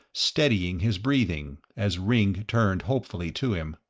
steadying his breathing, as ringg turned hopefully to him.